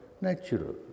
natural